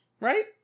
Right